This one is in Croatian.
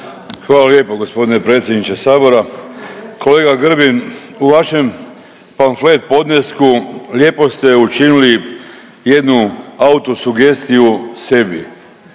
Hvala lijepo g. predsjedniče sabora. Kolega Grbin, u vašem pamflet podnesku lijepo ste učinili jednu autosugestiju sebi,